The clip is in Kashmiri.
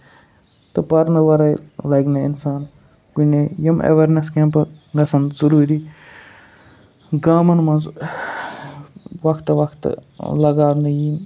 تہٕ پَرنہٕ وَرٲے لَگہِ نہٕ اِنسان کُنے یِم ایٚویرنیس کیمپہٕ گژھن ضروٗری گامَن منٛز وقتہٕ وقتہٕ لگاونہٕ یِنۍ